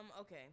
Okay